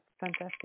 fantastic